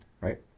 right